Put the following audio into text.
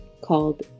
called